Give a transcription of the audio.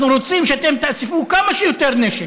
אנחנו רוצים שאתם תאספו כמה שיותר נשק,